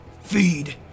Feed